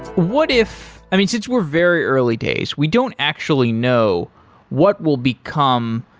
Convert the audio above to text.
what if since we're very early days, we don't actually know what will become,